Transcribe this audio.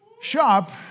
shop